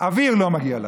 לא מגיע לכם.